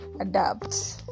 adapt